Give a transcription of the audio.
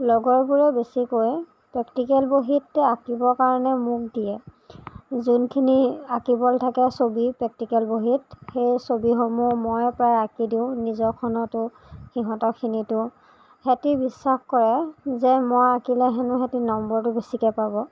লগৰবোৰে বেছিকৈ প্ৰেক্টিকেল বহীত আঁকিবৰ কাৰণে মোক দিয়ে যোনখিনি আঁকিবলে থাকে ছবি প্ৰেক্টিকেল বহীত সেই ছবিসমূহ মইয়ে প্ৰায় আঁকি দিওঁ নিজৰখনতো সিহঁতৰখিনিতো হেতি বিশ্বাস কৰে যে মই আঁকিলে হেনু হেতি নম্বৰটো বেছিকে পাব